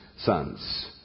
sons